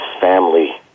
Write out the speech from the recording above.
family